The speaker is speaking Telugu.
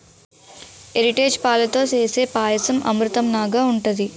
ఎరిటేజు పాలతో సేసే పాయసం అమృతంనాగ ఉంటది